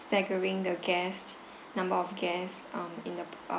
staggering the guest number of guests um in the